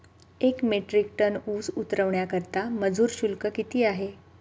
एक metric ton ऊस उतरवण्याकरता मजूर शुल्क किती आहे?